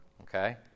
okay